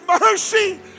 mercy